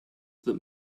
that